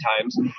times